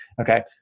Okay